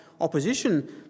opposition